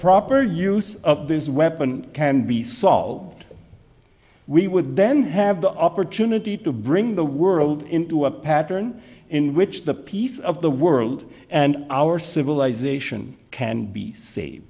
proper use of this weapon can be solved we would then have the opportunity to bring the world into a pattern in which the peace of the world and our civilization can b